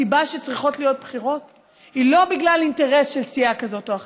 הסיבה שצריכות להיות בחירות היא לא בגלל אינטרס של סיעה כזאת או אחרת,